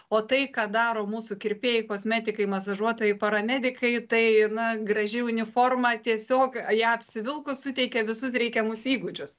o tai ką daro mūsų kirpėjai kosmetikai masažuotojai paramedikai tai na graži uniforma tiesiog ją apsivilkus suteikia visus reikiamus įgūdžius